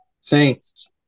Saints